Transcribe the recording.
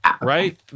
Right